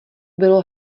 bylo